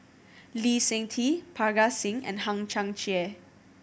Lee Seng Tee Parga Singh and Hang Chang Chieh